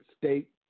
state